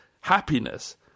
happiness